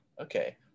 Okay